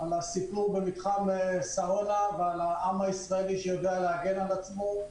על הסיפור במתחם שרונה ועל העם הישראלי שיודע להגן על עצמו,